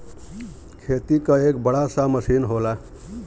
खेती क एक बड़ा सा मसीन होला